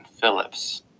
Phillips